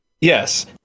Yes